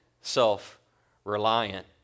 self-reliant